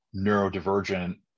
neurodivergent